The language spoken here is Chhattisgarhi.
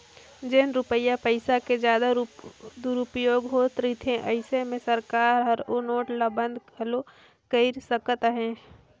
जेन रूपिया पइसा के जादा दुरूपयोग होत रिथे अइसे में सरकार हर ओ नोट ल बंद घलो कइर सकत अहे